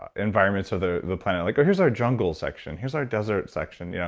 environments of the the planet like, here's our jungle section here's our dessert section. yeah